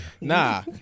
Nah